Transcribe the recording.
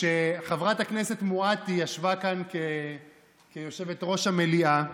כשחברת הכנסת מואטי ישבה כאן כיושבת-ראש המליאה,